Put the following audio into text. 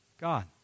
God